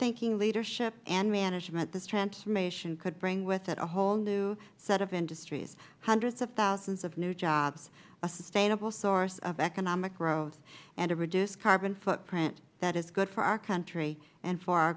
thinking leadership and management this transformation could bring with it a whole new set of industries hundreds of thousands of new jobs a sustainable source of economic growth and a reduced carbon footprint that is good for our country and for our